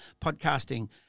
podcasting